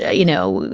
yeah you know,